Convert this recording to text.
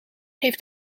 heeft